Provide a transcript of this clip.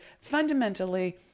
fundamentally